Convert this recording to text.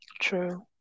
True